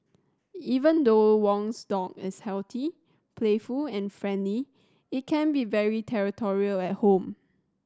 even though Wong's dog is healthy playful and friendly it can be very territorial at home